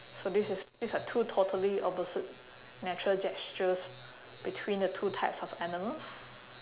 so this is these are two totally opposite natural gestures between the two types of animals